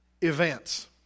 events